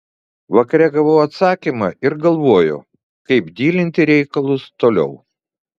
vakare gavau atsakymą ir galvoju kaip dylinti reikalus toliau